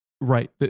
right